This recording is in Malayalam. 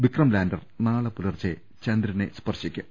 വിക്രം ലാന്റർ നാളൊപുലർച്ചെ ചന്ദ്രനെ സ്പർശിക്കും